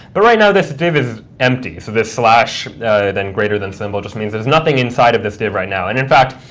but right now this div is empty. so this slash then greater than symbol just means there's nothing inside of this div right now. and in fact,